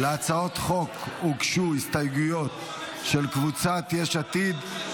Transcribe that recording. להצעת החוק הוגשו הסתייגויות של קבוצת סיעת יש עתיד,